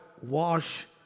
wash